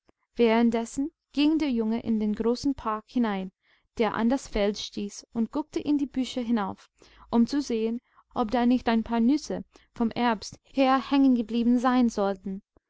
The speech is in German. währenddessen ging der junge in den großen park hinein der an das feld stieß und guckte in die büsche hinauf um zu sehen ob da nicht ein paar nüsse vom herbst her hängengeblieben sein sollten